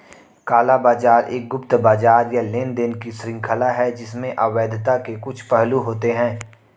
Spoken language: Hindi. काला बाजार एक गुप्त बाजार या लेनदेन की श्रृंखला है जिसमें अवैधता के कुछ पहलू होते हैं